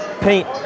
Paint